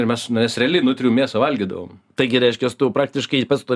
ir mes mes realiai nutrijų mėsą valgydavom taigi reiškias tu praktiškai pats to